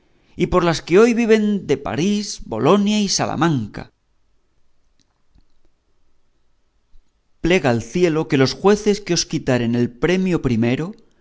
y por las que hoy viven de parís bolonia y salamanca plega al cielo que los jueces que os quitaren el premio primero